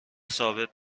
ثابت